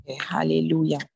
Hallelujah